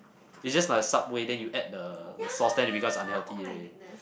is just like a Subway then you add the the sauce then it becomes unhealthy already